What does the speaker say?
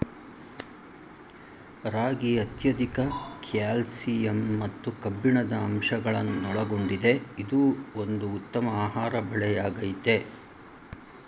ರಾಗಿ ಅತ್ಯಧಿಕ ಕ್ಯಾಲ್ಸಿಯಂ ಮತ್ತು ಕಬ್ಬಿಣದ ಅಂಶಗಳನ್ನೊಳಗೊಂಡಿದೆ ಇದು ಒಂದು ಉತ್ತಮ ಆಹಾರ ಬೆಳೆಯಾಗಯ್ತೆ